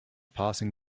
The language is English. passing